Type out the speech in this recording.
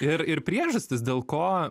ir ir priežastys dėl ko